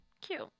Cute